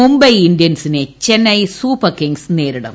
മുംബൈ ഇന്ത്യൻസിനെ ചെന്നൈ സൂപ്പർകിംഗ്സ് നേരിടും